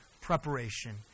preparation